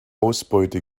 ausbeute